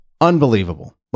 Unbelievable